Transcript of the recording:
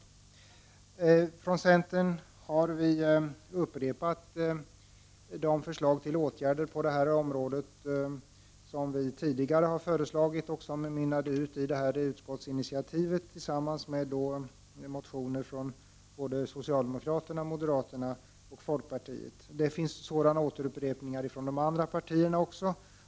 Vi från centern, liksom socialdemokraterna, moderater och folkpartiet samt Övriga partier, har i motioner upprepat de förslag till åtgärder på det här området som vi tidigare har väckt och som mynnade ut i utskottsinitiati vet.